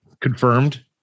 confirmed